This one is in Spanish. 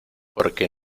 porque